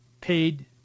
paid